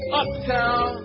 uptown